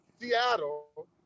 Seattle